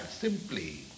simply